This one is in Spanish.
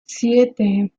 siete